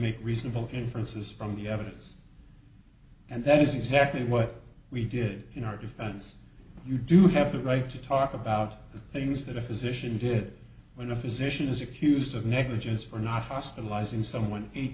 make reasonable inferences from the evidence and that is exactly what we did in our defense you do have the right to talk about the things that a physician did when a physician is accused of negligence for not hospitalizing someone eight